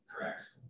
Correct